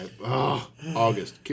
August